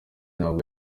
ntabwo